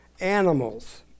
animals